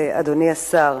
ואדוני השר,